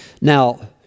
Now